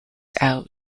out